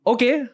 Okay